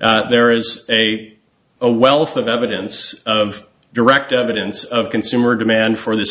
there is a a wealth of evidence of direct evidence of consumer demand for this